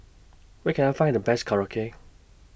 Where Can I Find The Best Korokke